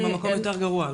אנחנו במקום יותר גרוע.